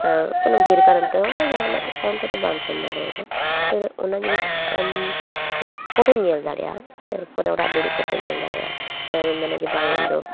ᱚᱱᱟ ᱵᱷᱤᱨ ᱠᱟᱨᱚᱱᱛᱮ ᱵᱟ ᱡᱟᱦᱟᱱᱟᱜ ᱠᱟᱨᱚᱱ ᱛᱮ ᱵᱟᱢ ᱥᱮᱱ ᱫᱟᱲᱮᱣᱫᱟ ᱮᱵᱟᱨᱮ ᱚᱱᱟ ᱡᱤᱱᱤᱥ ᱟᱢ ᱯᱚᱨᱮᱢ ᱧᱮᱞ ᱫᱟᱲᱮᱼᱟ ᱦᱮ ᱯᱚᱨᱮ ᱚᱲᱟ ᱫᱩᱲᱩᱵ ᱠᱟᱛᱮᱢ ᱧᱮᱞ ᱫᱟᱲᱮᱣᱼᱟ ᱡᱮᱢ ᱢᱮᱱᱟ ᱵᱟᱝ ᱤᱧᱫᱚ